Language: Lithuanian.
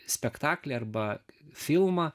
spektaklį arba filmą